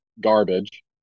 garbage